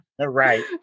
right